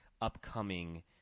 upcoming